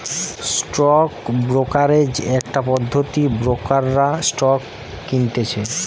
stock brokerage একটা পদ্ধতি ব্রোকাররা স্টক কিনতেছে